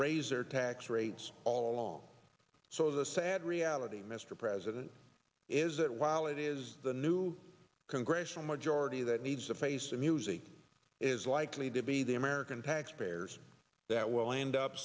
raise their tax rates all along so the sad reality mr president is that while it is the new congressional majority that needs to face the music is likely to be the american taxpayers that will end up